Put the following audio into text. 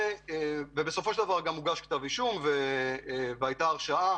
בסופו של דבר הוגש כתב אישום, הייתה הרשעה,